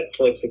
Netflix